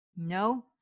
No